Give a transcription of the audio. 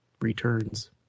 returns